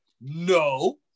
no